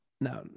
No